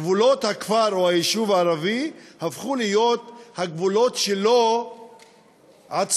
גבולות הכפר או היישוב הערבי הפכו להיות הגבולות שלו עצמו,